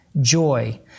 Joy